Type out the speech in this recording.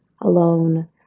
alone